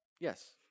Yes